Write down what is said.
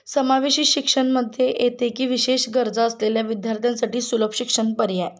समावेशी शिक्षणमध्ये येते की विशेष गरजा असलेल्या विद्यार्थ्यांसाठी सुलभ शिक्षण पर्याय